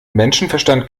menschenverstand